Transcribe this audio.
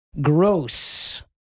Gross